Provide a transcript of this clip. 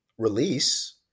Release